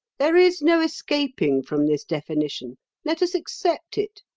there is no escaping from this definition let us accept it.